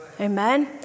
Amen